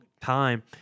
time